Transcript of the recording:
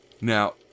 Now